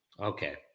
Okay